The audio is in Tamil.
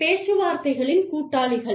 பேச்சுவார்த்தைகளின் கூட்டாளிகள்